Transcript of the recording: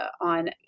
on